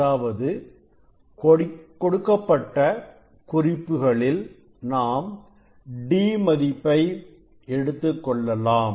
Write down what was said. அதாவது கொடுக்கப்பட்ட குறிப்புகளில் நாம் d மதிப்பை எடுத்துக்கொள்ளலாம்